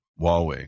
Huawei